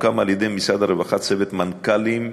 הוקם על-ידי משרד הרווחה צוות מנכ"לים.